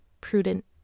prudent